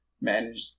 manage